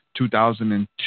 2002